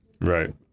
Right